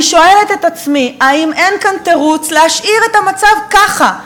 אני שואלת את עצמי: האם אין כאן תירוץ להשאיר את המצב ככה,